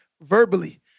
verbally